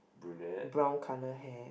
brunette